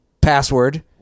password